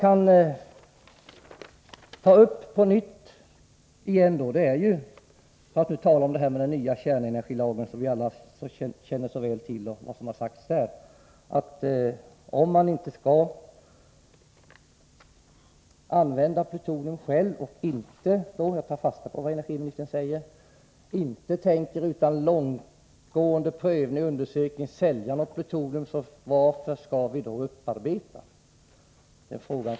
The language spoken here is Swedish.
Vad man på nytt kan aktualisera beträffande den nya kärnenergilagen, som alla mycket väl känner till, är följande fråga: Om ett land självt inte skall utvinna plutonium och inte avser att sälja plutonium utan att först ha gjort en långtgående prövning, varför skall man då upparbeta plutonium?